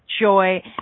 joy